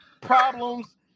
problems